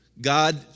God